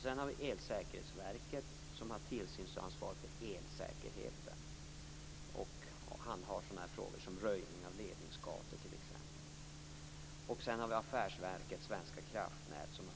Sedan har vi Elsäkerhetsverket som har tillsynsansvar för elsäkerheten och handhar sådana frågor som röjning av ledningsgator.